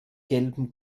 gelben